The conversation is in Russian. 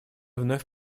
вновь